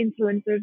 influencers